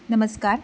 नमस्कार